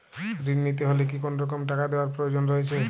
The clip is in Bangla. ঋণ নিতে হলে কি কোনরকম টাকা দেওয়ার প্রয়োজন রয়েছে?